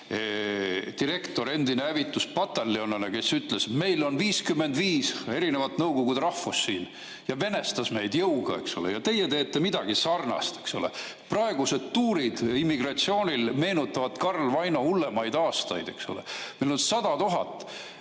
direktor, endine hävituspataljonlane, kes ütles, et meil on 55 erinevat Nõukogude rahvust siin, ja venestas meid jõuga. Teie teete midagi sarnast. Praegused tuurid immigratsioonil meenutavad Karl Vaino hullemaid aastaid. Meil on 100 000